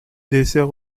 dessert